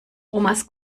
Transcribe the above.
omas